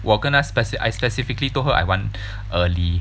我跟他 speci~ I specifically told her I want early